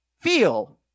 feel